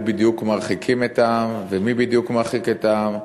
בדיוק מרחיקים את העם ומי בדיוק מרחיק את העם?